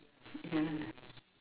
ya